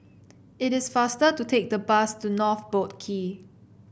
it is faster to take the bus to North Boat Quay